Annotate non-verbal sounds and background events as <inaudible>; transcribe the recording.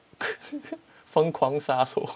<laughs> 疯狂杀手